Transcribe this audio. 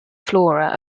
flora